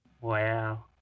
Wow